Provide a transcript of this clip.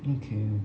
okay